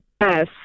Yes